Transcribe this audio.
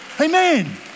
Amen